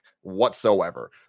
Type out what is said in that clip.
whatsoever